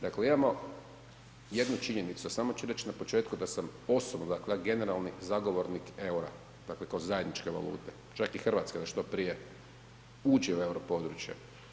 Dakle, imamo jednu činjenicu, a samo ću reći na početku da sam osobno dakle ja generalni zagovornik EUR-a dakle kao zajedničke valute, čak i Hrvatska da što prije uđe u euro područje.